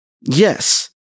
Yes